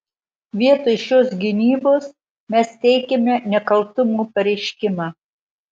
vietoj šios gynybos mes teikiame nekaltumo pareiškimą